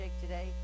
today